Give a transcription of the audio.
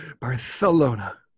Barcelona